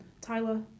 tyler